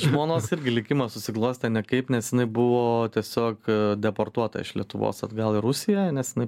žmonos irgi likimas susiklostė nekaip nes jinai buvo tiesiog deportuota iš lietuvos atgal į rusiją nes jinai